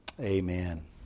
Amen